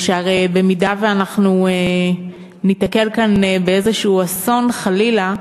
הרי אם אנחנו ניתקל כאן באיזה אסון, חלילה,